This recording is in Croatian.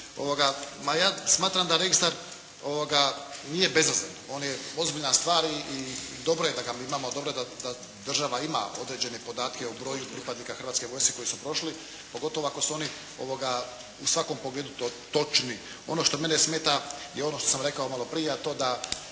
Ma ja smatram da registar nije bezazlen. On je ozbiljna stvar i dobro je da ga mi imamo. Dobro je da država ima određene podatke o broju pripadnika Hrvatske vojske koji su prošli, pogotovo ako su oni u svakom pogledu točni. Ono što mene smeta je ono što sam rekao malo prije, a to da